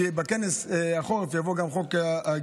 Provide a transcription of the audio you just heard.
כי בכנס החורף יבוא גם חוק הגיוס.